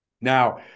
Now